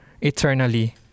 eternally